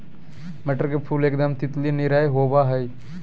मटर के फुल एकदम तितली नियर होबा हइ